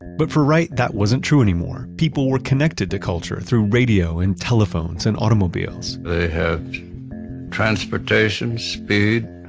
but for wright, that wasn't true anymore. people were connected to culture through radio and telephones and automobiles they have transportation speed,